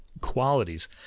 qualities